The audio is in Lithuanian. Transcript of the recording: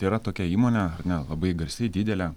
yra tokia įmonė ar ne labai garsi didelė